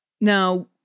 Now